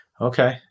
Okay